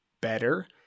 better